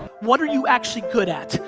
what are you actually good at?